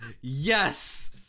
Yes